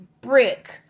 Brick